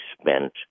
spent